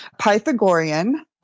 Pythagorean